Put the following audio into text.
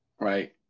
Right